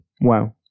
Wow